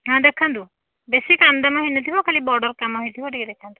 ହଁ ଦେଖାନ୍ତୁ ବେଶୀ କାମଦାମ ହୋଇନଥିବ ଖାଲି ବର୍ଡ଼ର୍ କାମ ହୋଇଥିବ ଟିକିଏ ଦେଖାନ୍ତୁ